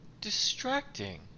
distracting